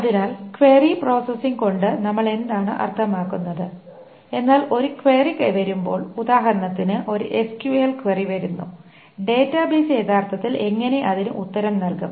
അതിനാൽ query processing കൊണ്ട് നമ്മൾ എന്താണ് അർത്ഥമാക്കുന്നത് എന്നാൽ ഒരു ക്വയറി വരുമ്പോൾ ഉദാഹരണത്തിന് ഒരു SQL ക്വയറി വരുന്നു ഡാറ്റാബേസ് യഥാർത്ഥത്തിൽ എങ്ങനെ അതിന് ഉത്തരം നൽകും